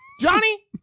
Johnny